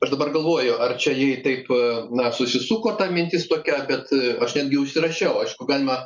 aš dabar galvoju ar čia jai taip pat na susisuko ta mintis tokia bet aš netgi užsirašiau aišku galima